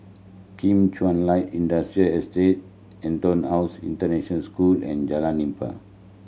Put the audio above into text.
Kim Chuan Light Industrial Estate EtonHouse International School and Jalan Nipah